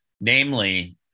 Namely